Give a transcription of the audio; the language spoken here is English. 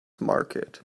market